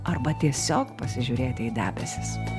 arba tiesiog pasižiūrėti į debesis